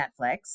Netflix